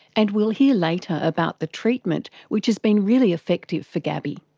and we'll hear later about the treatment which has been really effective for gabby.